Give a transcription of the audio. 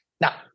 Now